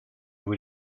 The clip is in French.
vous